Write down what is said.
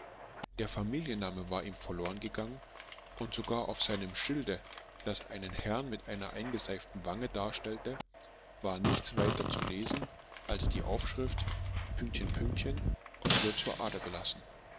der familienname war ihm verlorengegangen und sogar auf seinem schilde das einen herrn mit einer eingeseiften wange darstellte war weiter nichts zu lesen als die aufschrift und wird zur ader gelassen